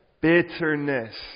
bitterness